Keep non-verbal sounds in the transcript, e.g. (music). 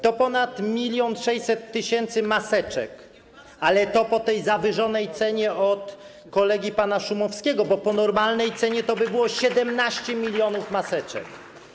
To ponad 1600 tys. maseczek - ale to po tej zawyżonej cenie od kolegi pana Szumowskiego, (applause) bo po normalnej cenie to by było 17 mln maseczek.